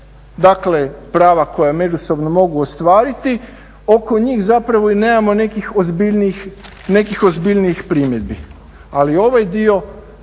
dakle prava koja međusobno mogu ostvariti, oko njih zapravo i nemamo nekih ozbiljnijih primjedbi, ali ovaj dio